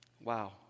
wow